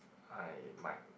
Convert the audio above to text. I might